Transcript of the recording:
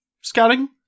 Scouting